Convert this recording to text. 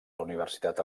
universitat